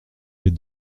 les